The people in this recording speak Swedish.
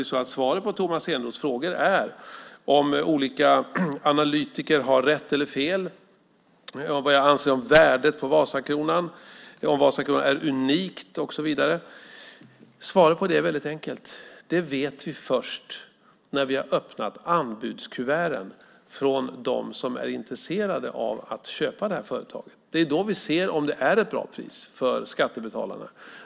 Svaret på Tomas Eneroths frågor om olika analytiker har rätt eller fel, vad jag anser om värdet på Vasakronan, om Vasakronan är unikt, är enkelt: Det vet vi först när vi har öppnat anbudskuverten från dem som är intresserade av att köpa företaget. Det är då vi ser om det är ett bra pris för skattebetalarna.